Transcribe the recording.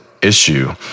Issue